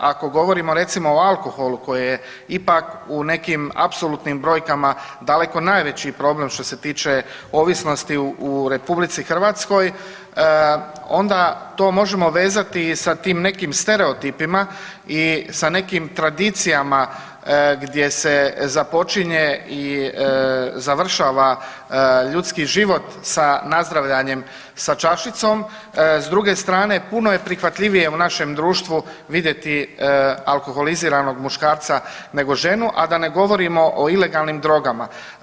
Ako govorimo recimo o alkoholu koji je ipak u nekim apsolutnim brojkama daleko najveći problem što se tiče ovisnosti u RH onda to možemo vezati i sa tim nekim stereotipima i sa nekim tradicijama gdje se započinje i završava ljudski život sa nazdravljanjem sa čašicom, s druge strane puno je prihvatljivije u našem društvu vidjeti alkoholiziranog muškarca nego ženu, a da ne govorimo o ilegalnim drogama.